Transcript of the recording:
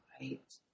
Right